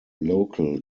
local